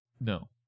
No